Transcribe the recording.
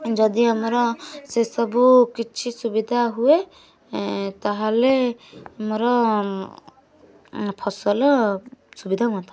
ଯଦି ଆମର ସେ ସବୁ କିଛି ସୁବିଧା ହୁଏ ତାହେଲେ ଆମର ଫସଲ ସୁବିଧା ହୁଅନ୍ତା